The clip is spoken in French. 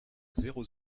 zéro